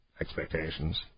expectations